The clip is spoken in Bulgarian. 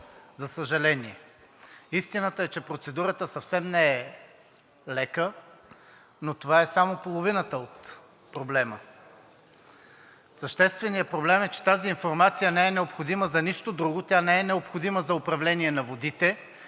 за съжаление. Истината е, че процедурата съвсем не е лека, но това е само половината от проблема. Същественият проблем е, че тази информация не е необходима за нищо друго, тя не е необходима за управление на водите